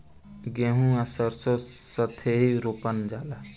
गेंहू आ सरीसों साथेही रोपल जाला